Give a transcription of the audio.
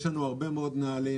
יש לנו הרבה מאוד נהלים,